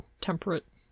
temperate